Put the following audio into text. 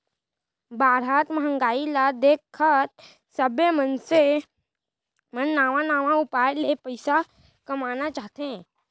बाढ़त महंगाई ल देखत सबे मनसे मन नवा नवा उपाय ले पइसा कमाना चाहथे